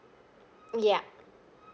yup